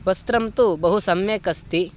वस्त्रं तु बहु सम्यक् अस्ति